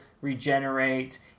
regenerate